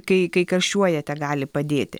kai kai karščiuojate gali padėti